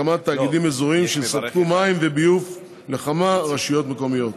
ולהקמת תאגידים אזוריים שיספקו מים וביוב לכמה רשויות מקומיות,